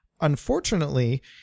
Unfortunately